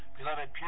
Beloved